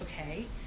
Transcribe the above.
okay